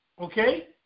Okay